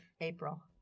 April